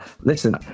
listen